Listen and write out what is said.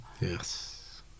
Yes